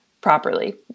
properly